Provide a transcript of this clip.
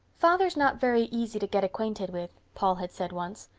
father's not very easy to get acquainted with, paul had said once.